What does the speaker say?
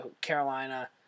Carolina